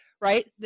Right